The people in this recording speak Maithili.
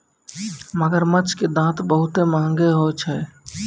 मगरमच्छ के दांत बहुते महंगा होय छै